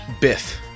Biff